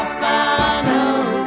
final